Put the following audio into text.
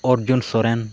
Arjun Soren